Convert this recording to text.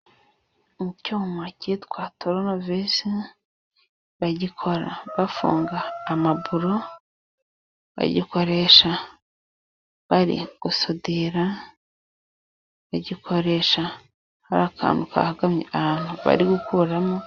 Icyuma kitwa toronovisi bagikora bafunga amaburo, bagikoresha bari gusudira, bagikoresha hari akantu kahagamye ahantu bari gukuramo.